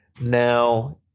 Now